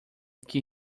que